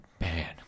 man